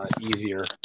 easier